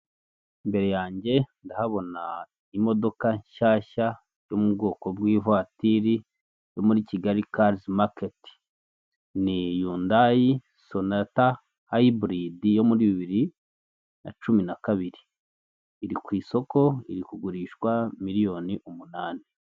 Imbere yange ndahabona imodoka nshyashya yo mu bwoko bw'ivatiri yo muri Kigali kazi maketi. Ni yundayi sonata hayiburidi yo muri bibiri na cumi na kabiri, iri ku isoko iri kugurishwa miliyoni umunani.